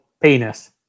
penis